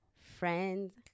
Friends